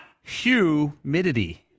humidity